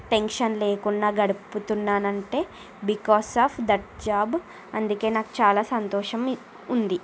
tension లేకుండా గడుపుతున్నానంటే because of that job అందుకే నాకు చాలా సంతోషం ఉంది